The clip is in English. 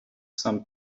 some